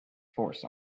force